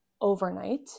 overnight